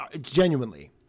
genuinely